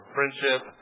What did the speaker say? Friendship